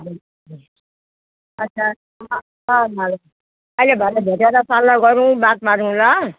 अहिले भरे भेटेर सल्लाह गरौँ बात मारौँ ल